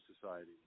society